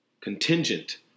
contingent